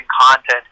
content